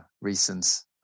reasons